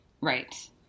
Right